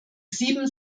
sieben